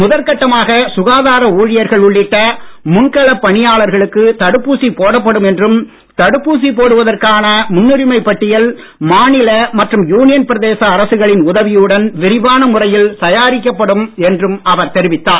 முதல் கட்டமாக சுகாதார ஊழியர்கள் உள்ளிட்ட முன்களப் பணியாளர்களுக்கு தடுப்பூசி போடப்படும் என்றும் தடுப்பூசி போடுவதற்கான முன்னுரிமைப் பட்டியல் மாநில மற்றும் யூனியன் பிரதேச அரசுகளின் உதவியுடன் விரிவான முறையில் தயாரிக்கப் படும் என்றும் அவர் தெரிவித்தார்